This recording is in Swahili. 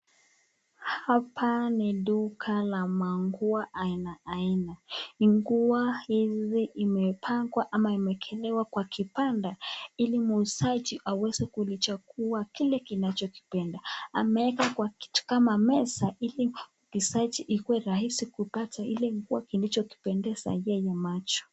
Hapa ni duka la manguo aina aina. Nguo hizi imepangwa ama imeekelewa kwa kibanda ili muuzaji aweze kulichagua kile kinachokipenda. Ameeka kwa kitu kama meza ili, uki [search] ikuwe rahisi kupata ile nguo ilichokipendeza yeye macho.